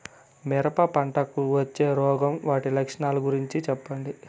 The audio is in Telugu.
మిరప పంటకు వచ్చే రోగం వాటి లక్షణాలు గురించి చెప్పండి?